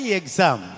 exam